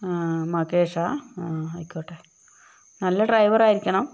ആ മഹേഷാ ആയിക്കോട്ടെ നല്ല ഡ്രൈവറായിരിക്കണം